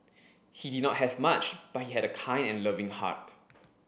he did not have much but he had a kind and loving heart